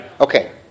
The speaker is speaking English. Okay